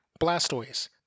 Blastoise